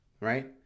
right